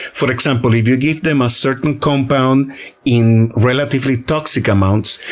for example, if you give them a certain compound in relatively toxic amounts,